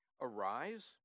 Arise